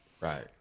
Right